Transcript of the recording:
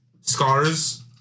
scars